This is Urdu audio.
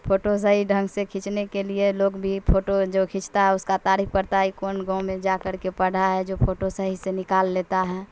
فوٹو صحیح ڈھنگ سے کھینچنے کے لیے لوگ بھی پھوٹو جو کھینچتا ہے اس کا تعریف کرتا ہے یہ کون گاؤں میں جا کر کے پڑھا ہے جو فوٹو صحیح سے نکال لیتا ہے